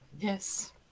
Yes